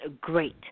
great